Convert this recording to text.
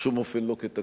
זה בשום אופן לא תקדים,